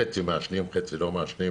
חצי מעשנים וחצי לא מעשנים.